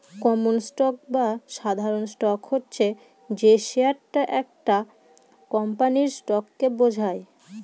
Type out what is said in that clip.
common stock বা সাধারণ stock হচ্ছে যে শেয়ারটা একটা কোম্পানির স্টককে বোঝায়